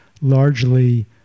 largely